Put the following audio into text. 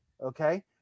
okay